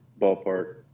ballpark